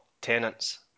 Tenants